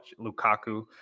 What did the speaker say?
Lukaku